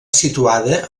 situada